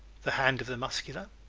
the hand of the muscular,